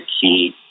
key